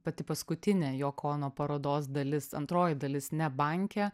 pati paskutinė joko kono parodos dalis antroji dalis ne banke